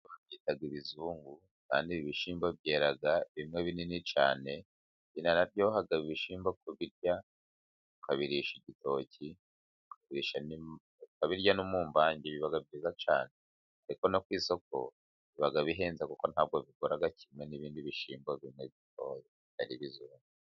Babyita ibizungu, kandi ibi bishyimbo byera bimwe binini cyane, biranaryoha ibi bishimbo kubirya, bakabirisha igitoki, ukabirya no mumvange, biba byiza cyane, ariko no ku isoko biba bihenze, kuko nta bwo bigura kimwe n'ibindi bishyimbo, bino byo, bitari ibizungu.